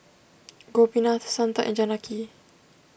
Gopinath Santha and Janaki